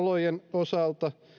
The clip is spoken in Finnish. osalta